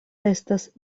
estas